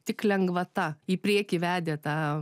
tik lengvata į priekį vedė tą